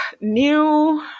new